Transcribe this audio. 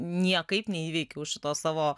niekaip neįveikiau šitos savo